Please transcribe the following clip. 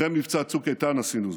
אחרי מבצע צוק איתן עשינו זאת,